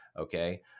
okay